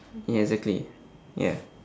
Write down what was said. ya exactly ya